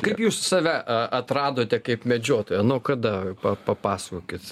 kaip jūs save a atradote kaip medžiotoją nuo kada pa papasakokit